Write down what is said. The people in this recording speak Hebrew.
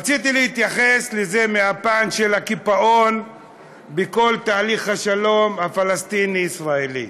רציתי להתייחס לזה מהפן של הקיפאון בכל תהליך השלום הפלסטיני-ישראלי.